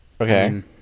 Okay